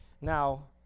Now